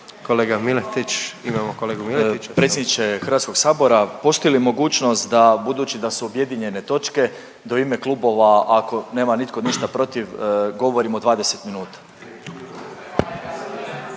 **Miletić, Marin (MOST)** Predsjedniče Hrvatskog sabora, postoji li mogućnost da budući da su objedinjene točke, da u ime klubova, ako nema nitko ništa protiv govorimo 20 minuta.